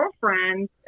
girlfriend